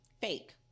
fake